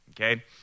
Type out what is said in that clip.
Okay